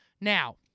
Now